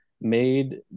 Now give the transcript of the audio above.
made